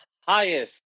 highest